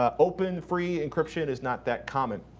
ah open-free encryption is not that common.